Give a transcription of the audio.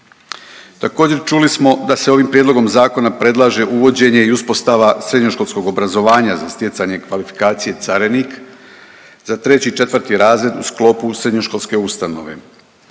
Također čuli smo da se ovim prijedlogom zakona predlaže uvođenje i uspostava srednjoškolskog obrazovanja za stjecanje kvalifikacije carinik za 3. i 4. razred u sklopu srednjoškolske ustanove.